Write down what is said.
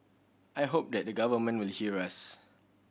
I hope that the government will hear us